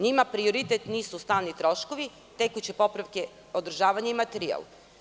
Njima prioritet nisu stalni troškovi tekuće popravke, održavanje i materijal.